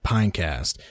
Pinecast